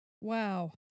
Wow